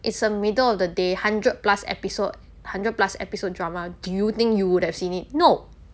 it's a middle of the day hundred plus episode hundred plus episode drama do you think you would have seen it no